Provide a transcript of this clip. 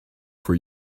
for